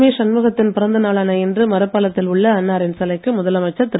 ஏ சண்முகத்தின் பிறந்தநாளான இன்று மரப்பாலத்தில் உள்ள அன்னாரின் சிலைக்கு முதலமைச்சர் திரு